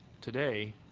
Today